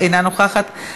אינה נוכחת,